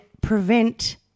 prevent –